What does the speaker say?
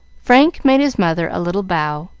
frank made his mother a little bow,